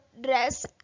dress